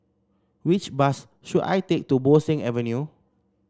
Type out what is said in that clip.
which bus should I take to Bo Seng Avenue